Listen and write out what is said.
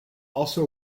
also